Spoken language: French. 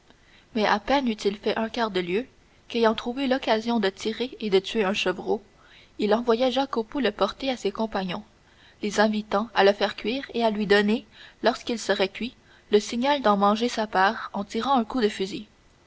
mais à peine eut-il fait un quart de lieue qu'ayant trouvé l'occasion de tirer et de tuer un chevreau il envoya jacopo le porter à ses compagnons les invitant à le faire cuire et à lui donner lorsqu'il serait cuit le signal d'en manger sa part en tirant un coup de fusil